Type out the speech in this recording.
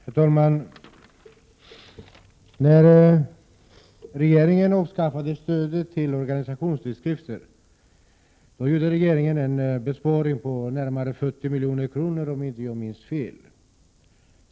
Herr talman! När regeringen avskaffade stödet till organisationstidskrifter gjorde regeringen en besparing på närmare 70 milj.kr., om inte jag minns fel.